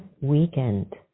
weekend